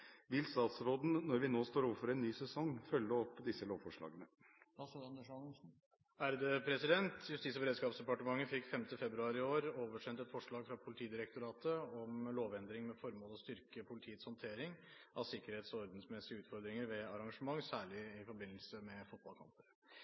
Vil statsråden når vi nå står overfor en ny sesong, følge opp disse lovforslagene?» Justis- og beredskapsdepartementet fikk 5. februar i år oversendt et forslag fra Politidirektoratet om lovendring med det formål å styrke politiets håndtering av sikkerhets- og ordensmessige utfordringer ved arrangementer, særlig